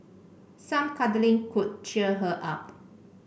some cuddling could cheer her up